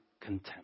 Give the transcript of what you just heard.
contempt